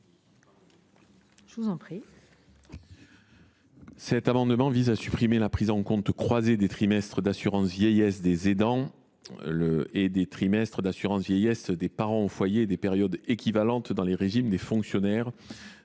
Je vous en prie,